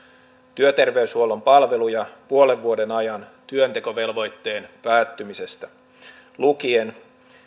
työterveyshuollon palveluja puolen vuoden ajan työntekovelvoitteen päättymisestä lukien